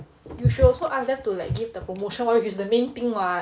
you should also ask them to like give the promotion which is the main thing [what]